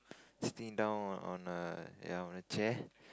sitting down on a ya on a chair